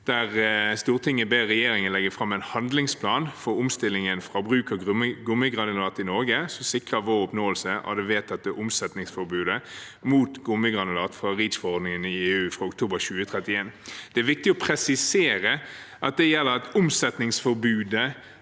«Stortinget ber regjeringen legge frem en handlingsplan for omstilling fra bruk av gummigranulat i Norge, som sikrer vår oppnåelse av det vedtatte omsetningsforbudet mot gummigranulat fra REACHforordningen i EU fra oktober 2031.» Det er viktig å presisere at det betyr at omsetningsforbudet